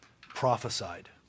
prophesied